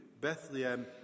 Bethlehem